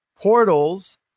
portals